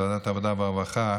ועדת העבודה והרווחה,